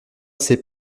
ses